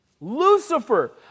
Lucifer